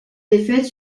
défaite